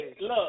look